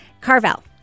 carvel